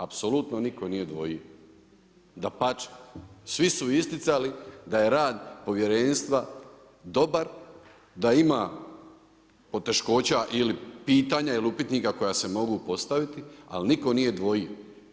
Apsolutno nitko nije dvojio, dapače, svi su isticali, da je rad povjerenstva dobar, da ima, poteškoća ili pitanja ili upitnika koja se mogu postaviti, ali nitko nije dvojio.